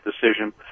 decision